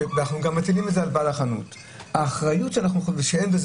מה גם שאנחנו מטילים את זה על בעל החנות ואין בזה